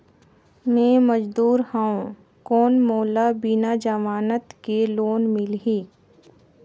मे मजदूर हवं कौन मोला बिना जमानत के लोन मिलही?